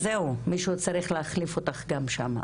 אז זהו, צריך להחליף אותך גם שם.